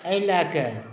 एहि लए कऽ